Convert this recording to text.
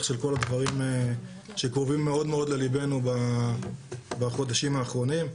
של כל הדברים שקרובים מאוד מאוד לליבנו בחודשים האחרונים,